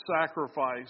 sacrifice